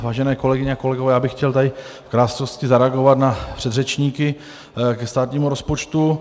Vážené kolegyně a kolegové, já bych chtěl v krátkosti zareagovat na předřečníky ke státnímu rozpočtu.